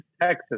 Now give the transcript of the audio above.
Texas